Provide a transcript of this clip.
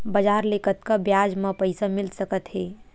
बजार ले कतका ब्याज म पईसा मिल सकत हे?